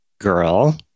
girl